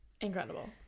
incredible